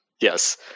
Yes